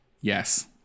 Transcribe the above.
Yes